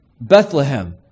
Bethlehem